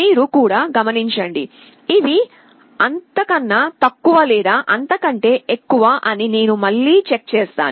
మీరు కూడా గమనించండి ఇవి అంతకన్నాతక్కువ లేదా అంతకంటే ఎక్కువ అని నేను మళ్ళీ చెక్ చేస్తాను